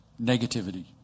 negativity